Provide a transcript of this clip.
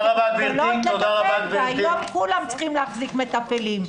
לתפעל והיום כולם צריכים להחזיק מתפעלים.